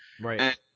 Right